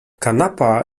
kanapa